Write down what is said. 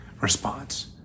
response